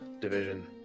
division